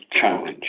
challenge